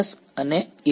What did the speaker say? વિદ્યાર્થી એ